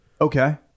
Okay